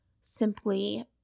simply